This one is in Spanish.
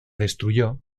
destruyó